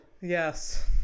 Yes